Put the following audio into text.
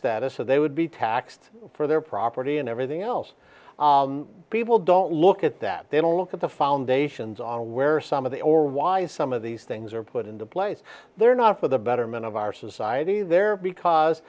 status so they would be taxed for their property and everything else people don't look at that they don't look at the foundations on where some of the or why some of these things are put into place they're not for the betterment of our society there because